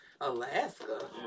alaska